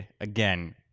again